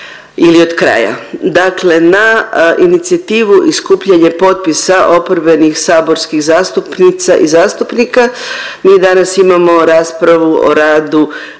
ili od kraja. Dakle, na inicijativu i skupljanje potpisa oporbenih saborskih zastupnica i zastupnika mi danas imamo raspravu o radu